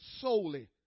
solely